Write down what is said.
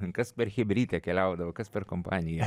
kas per chebrytė keliaudavo kas per kompanija